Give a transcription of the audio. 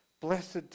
Blessed